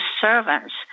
servants